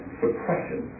suppression